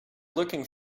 lurking